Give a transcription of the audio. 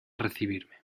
recibirme